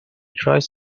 tries